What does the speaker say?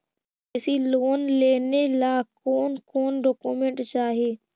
कृषि लोन लेने ला कोन कोन डोकोमेंट चाही?